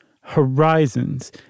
Horizons